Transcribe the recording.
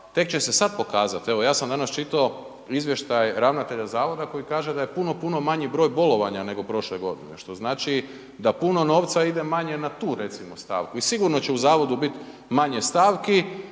tek će se sad pokazat. Evo, ja sam danas čitao izvještaj ravnatelja zavoda koji kaže da je puno, puno manji broj bolovanja nego prošle godine, što znači da puno novca ide manje na tu recimo stavku i sigurno će u zavodu bit manje stavki